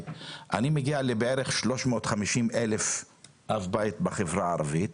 אני מגיע בערך ל- 350,000 בתי אב בחברה הערבית.